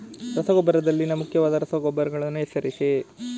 ರಸಗೊಬ್ಬರದಲ್ಲಿನ ಮುಖ್ಯವಾದ ರಸಗೊಬ್ಬರಗಳನ್ನು ಹೆಸರಿಸಿ?